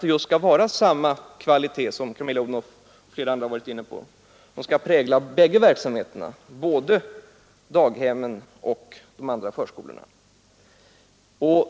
Det skall, som Camilla Odhnoff och andra varit inne på, vara samma pedagogiska syn som präglar bägge verksamheterna, både daghemmen och de andra förskolorna.